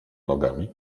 nogami